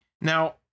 now